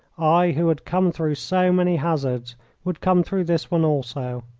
i who had come through so many hazards would come through this one also.